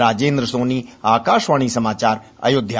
राजेंद्र सोनी आकाशवाणी समाचार अयोध्या